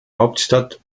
hauptstadt